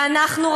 ואנחנו,